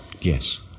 Yes